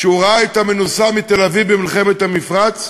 שראה את המנוסה מתל-אביב במלחמת המפרץ,